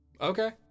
Okay